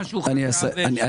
דוידסון,